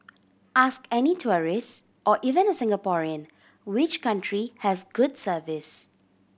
ask any tourists or even a Singaporean which country has good service